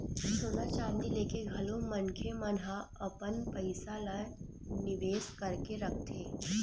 सोना चांदी लेके घलो मनखे मन ह अपन पइसा ल निवेस करके रखथे